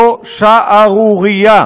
זה שערורייה.